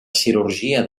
cirurgia